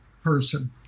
person